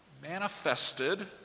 manifested